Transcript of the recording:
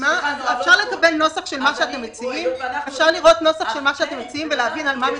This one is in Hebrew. אפשר לקבל נוסח של מה שאתם מציעים ולהבין על מה מדובר?